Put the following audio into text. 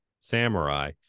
samurai